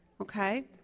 Okay